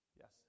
Yes